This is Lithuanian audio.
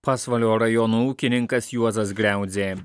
pasvalio rajono ūkininkas juozas griaudzė